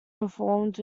performed